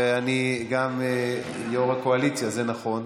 ואני גם יו"ר הקואליציה, זה נכון.